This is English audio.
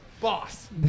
Boss